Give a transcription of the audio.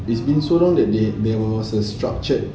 it's been so long that they there was a structured